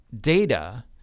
data